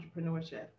entrepreneurship